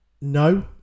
no